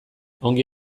ongi